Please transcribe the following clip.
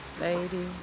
Lady